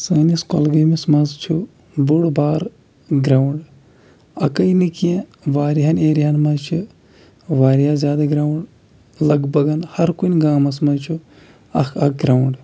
سٲنِس کۄلگٲمِس منٛز چھُ بوٚڑ بار گرٛاوُنٛڈ اَکے نہٕ کینٛہہ واریاہَن ایریاہَن منٛز چھِ واریاہ زیادٕ گراوُنٛڈ لگ بگن ہر کُنہِ گامَس منٛز چھُ اَکھ اکھ گراوُنٛڈ